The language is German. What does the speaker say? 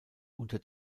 unter